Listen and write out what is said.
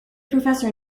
professor